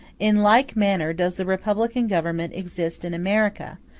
in like manner does the republican government exist in america,